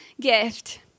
gift